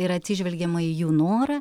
yra atsižvelgiama į jų norą